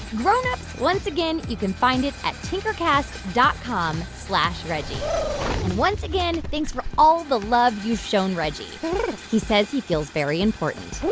grown-ups, once again, you can find it at tinkercast dot com slash reggie. and once again, thanks for all the love you've shown reggie he says he feels very important.